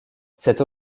cette